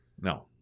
No